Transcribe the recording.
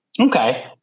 Okay